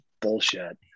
bullshit